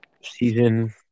season